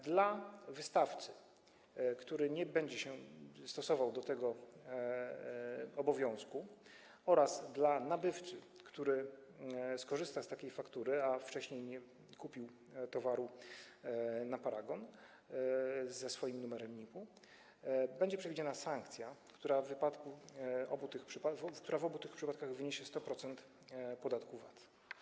Dla wystawcy, który nie będzie się stosował do tego obowiązku, oraz dla nabywcy, który skorzysta z takiej faktury, a wcześniej nie kupił towaru na paragon ze swoim numerem NIP-u, będzie przewidziana sankcja, która w obu tych przypadkach wyniesie 100% podatku VAT.